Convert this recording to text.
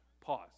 Pause